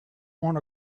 want